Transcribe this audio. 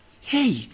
Hey